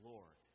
Lord